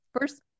first